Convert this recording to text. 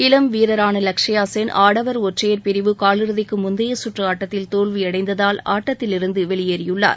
இளம் வீரரான லக்ஷயா சென் ஆடவர் ஒற்றையர் பிரிவு காலிறதிக்கு முந்தைய கற்று ஆட்டத்தில் தோல்வியடைந்ததால் ஆட்டத்திலிருந்து வெளியேறியுள்ளார்